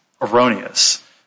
erroneous